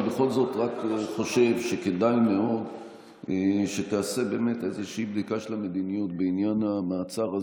אני בכל זאת חושב שכדאי מאוד שתעשה בדיקה של המדיניות בעניין המעצר הזה,